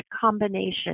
combination